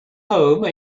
home